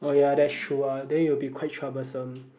oh ya that's true lah then it will be quite troublesome